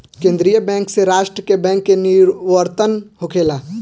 केंद्रीय बैंक से राष्ट्र के बैंक के निवर्तन होखेला